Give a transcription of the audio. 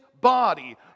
body